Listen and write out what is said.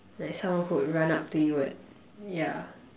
like someone who would run up to you and ya